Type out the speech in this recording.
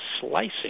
slicing